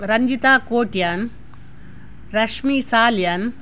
Ranjita Kotian Rashmi Salian